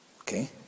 okay